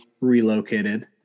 relocated